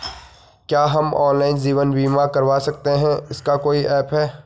क्या हम ऑनलाइन जीवन बीमा करवा सकते हैं इसका कोई ऐप है?